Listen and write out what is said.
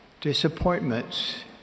disappointments